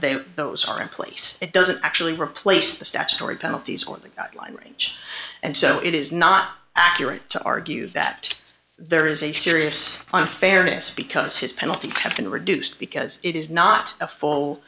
were those are in place it doesn't actually replace the statutory penalties or the guideline range and so it is not accurate to argue that there is a serious unfairness because his penalties have been reduced because it is not a full